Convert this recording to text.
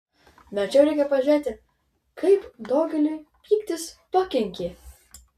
verčiau reikia pažiūrėti kaip daugeliui pyktis pakenkė